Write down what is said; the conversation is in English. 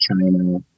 China